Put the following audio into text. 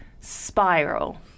spiral